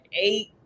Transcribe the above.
eight